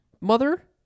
Mother